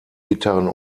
gitarren